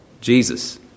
Jesus